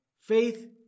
faith